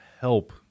help